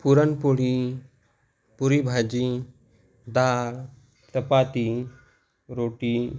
पुरणपोळी पुरी भाजी डाळ चपाती रोटी